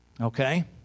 Okay